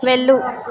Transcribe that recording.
వెళ్ళు